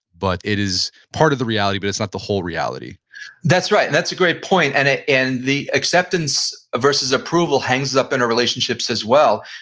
but it is part of the reality but it's not the whole reality that's right, that's a great point, and and the acceptance versus approval hangs up in a relationship as well.